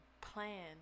plan